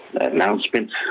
announcement